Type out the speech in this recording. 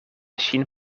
ŝin